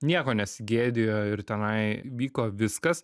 nieko nesigėdijo ir tenai vyko viskas